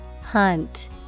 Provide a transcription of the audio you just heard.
hunt